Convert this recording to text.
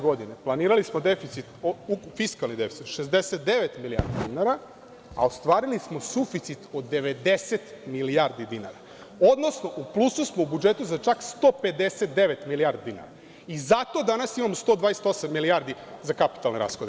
Godine 2017. planirali smo fiskalni deficit od 69 milijardi dinara, ostvarili smo suficit od 90 milijardi dinara, odnosno u plusu smo u budžetu za čak 159 milijardi dinar i zato danas imamo 128 milijardi za kapitalne rashode.